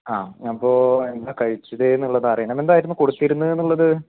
ആഹ് അപ്പോൾ എന്താ കഴിച്ചത് എന്നുള്ളത് അറിയണം എന്തായിരുന്നു കൊടുത്തിരുന്നത് എന്നുള്ളത്